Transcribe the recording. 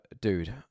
dude